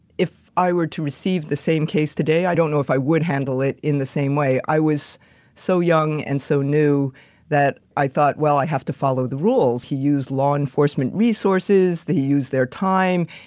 if i were to receive the same case today, i don't know if i would handle it in the same way. i was so young and so new that i thought, well, i have to follow the rules. he used law enforcement resources that he used their time.